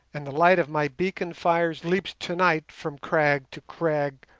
and the light of my beacon fires leaps tonight from crag to crag,